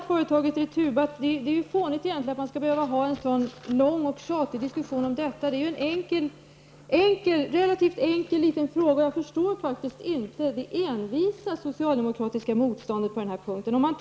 Det är fånigt att vi skall behöva en så lång och tjatig diskussion om företaget Returbatt. Detta är ju en relativt enkel fråga, och jag förstår faktiskt inte det envisa socialdemokratiska motståndet på den här punkten.